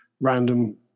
random